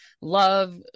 love